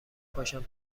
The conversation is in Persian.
پاشم